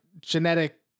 genetic